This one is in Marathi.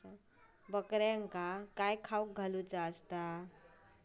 बकऱ्यांका काय खावक घालूचा?